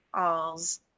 alls